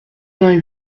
vingt